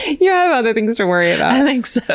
you have other things to worry about. i think so.